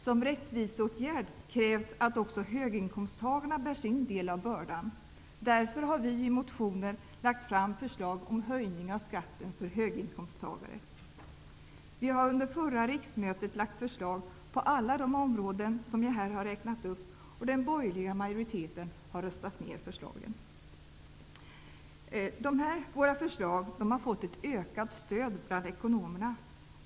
Som rättviseåtgärd krävs att också höginkomsttagarna bär sin del av bördan. Därför har vi i motioner lagt fram förslag om höjning av skatten för höginkomsttagare. Vi har under förra riksmötet framlagt förslag på alla de områden som jag här har räknat upp, men den borgerliga majoriteten har röstat ner förslagen. Dessa våra förslag har fått ett ökat stöd bland ekonomerna.